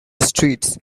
streets